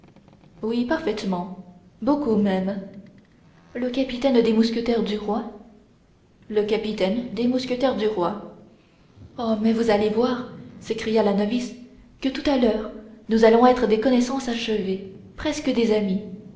oui parfaitement beaucoup même le capitaine des mousquetaires du roi le capitaine des mousquetaires du roi oh mais vous allez voir s'écria la novice que tout à l'heure nous allons être des connaissances achevées presque des amies